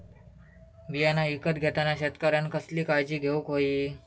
बियाणा ईकत घेताना शेतकऱ्यानं कसली काळजी घेऊक होई?